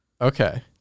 Okay